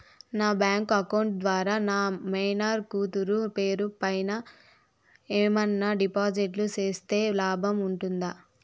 నా bank account ద్వారా నా మైనర్ కూతురు పేరు పైన ఏమన్నా డిపాజిట్లు సేస్తే లాభం ఉంటుందా?